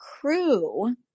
crew